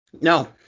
No